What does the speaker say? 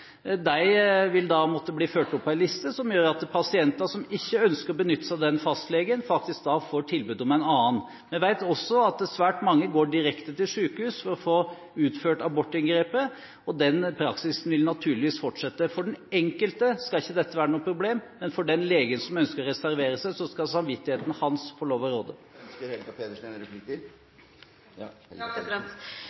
de legene som har valgt å reservere seg – dette skal skje i et samarbeid med Legeforeningen – vil måtte bli ført opp på en liste som gjør at pasienter som ikke ønsker å benytte seg av denne fastlegen, faktisk da får tilbud om en annen. Vi vet også at svært mange går direkte til sykehus for å få utført abortinngrepet, og den praksisen vil naturligvis fortsette. For den enkelte skal ikke dette være noe problem, men for den legen som ønsker å reservere seg, skal samvittigheten få lov å råde.